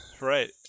Right